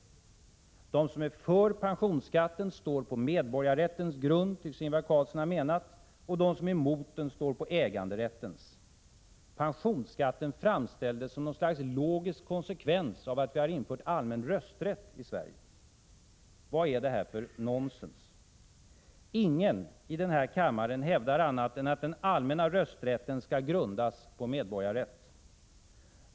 De som är för pensionsskatten står på medborgarrättens grund, tycks Ingvar Carlsson ha menat, och de som är emot den på äganderättens. Pensionsskatten framställdes som ett slags logisk konsekvens av att vi har infört allmän rösträtt i Sverige. Vad är detta för nonsens? Ingen i den här kammaren hävdar annat än att den allmänna rösträtten skall grundas på medborgarrätt.